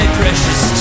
precious